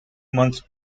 months